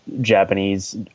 Japanese